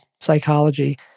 psychology